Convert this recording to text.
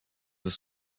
this